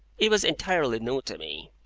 it was entirely new to me.